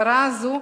הצהרה זו